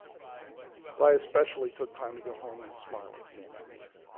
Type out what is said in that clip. but i especially took time to go home and smile at the man in the mirror.